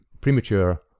premature